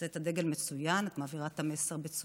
היא נושאת את הדגל מצוין, מעבירה את המסר בצורה